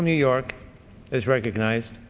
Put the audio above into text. from new york is recognized